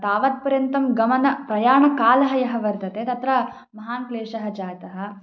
तावत्पर्यन्तं गमनप्रयाणकालः यः वर्तते तत्र महान् क्लेशः जातः